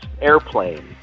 Airplane